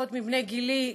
לפחות מבני גילי,